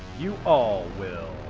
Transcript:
you all will.